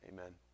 Amen